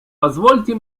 позвольте